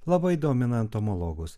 labai domina entomologus